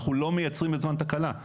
אנחנו לא מייצרים בזמן תקלה,